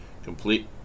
complete